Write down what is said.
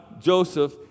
Joseph